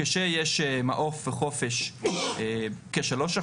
כאשר יש מעוף וחופש כ-3%,